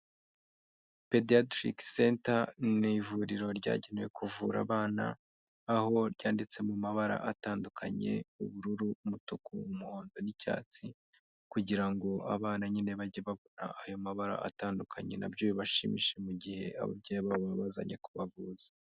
Pediadrick Center ni ivuriro ryagenewe kuvura abana, aho ryanditse mu mabara atandukanye, ubururu, umutuku, umuhondo, n'icyatsi, kugira ngo abana nyine bajye babona ayo mabara atandukanye nabyo bibashimishe mu gihe ababyeyi babo babazanye kubavuza.